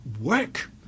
work